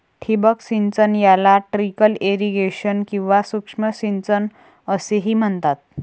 ठिबक सिंचन याला ट्रिकल इरिगेशन किंवा सूक्ष्म सिंचन असेही म्हणतात